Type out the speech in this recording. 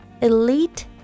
elite